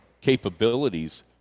capabilities